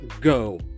go